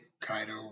Kaido